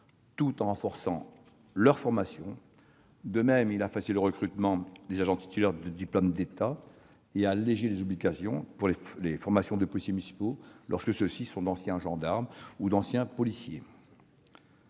tout en renforçant leur formation. De même, il a facilité le recrutement des agents titulaires d'un diplôme d'État et allégé les obligations de formation des policiers municipaux lorsqu'ils sont anciens gendarmes ou policiers.